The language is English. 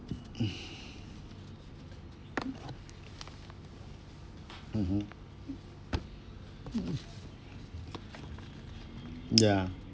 mmhmm ya